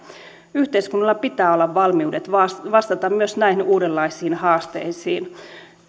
yhteiskunnalla pitää olla valmiudet vastata vastata myös näihin uudenlaisiin haasteisiin